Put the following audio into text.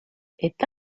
est